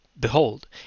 Behold